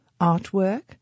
artwork